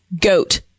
Goat